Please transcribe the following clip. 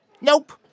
Nope